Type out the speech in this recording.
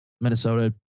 Minnesota